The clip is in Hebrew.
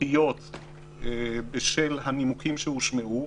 דחייה בשל הנימוקים שהושמעו.